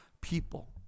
people